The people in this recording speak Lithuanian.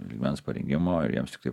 lygmens parengimo ir jiems tiktai